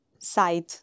Side